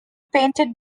painted